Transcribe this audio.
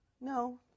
no